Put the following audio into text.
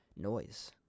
noise